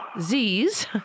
z's